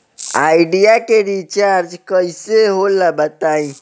Idea के recharge कइसे होला बताई?